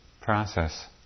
process